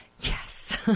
Yes